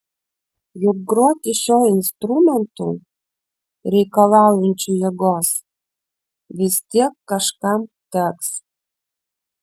juk groti šiuo instrumentu reikalaujančiu jėgos vis tiek kažkam teks